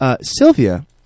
Sylvia